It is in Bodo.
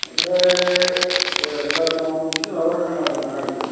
ओमफ्राय सारनाव इसे माबा खोनादोंमोन आं